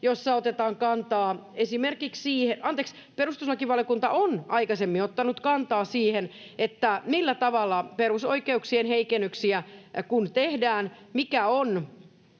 kanssa. Perustuslakivaliokunta on aikaisemmin ottanut kantaa siihen, että kun tehdään perusoikeuksien heikennyksiä, niin mikä on